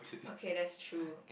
okay that's true